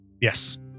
yes